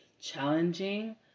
challenging